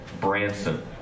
Branson